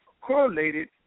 correlated